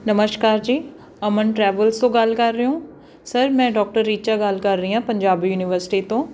ਨਮਸਕਾਰ ਜੀ ਅਮਨ ਟਰੈਵਲਸ ਤੋਂ ਗੱਲ ਕਰ ਰਹੇ ਹੋ ਸਰ ਮੈਂ ਡੋਕਟਰ ਰੀਚਾ ਗੱਲ ਕਰ ਰਹੀ ਹਾਂ ਪੰਜਾਬੀ ਯੂਨੀਵਰਸਿਟੀ ਤੋਂ